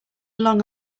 long